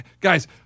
guys